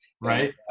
Right